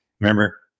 remember